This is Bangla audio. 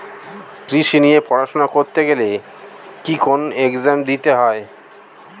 কৃষি নিয়ে পড়াশোনা করতে গেলে কি কোন এগজাম দিতে হয়?